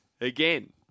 again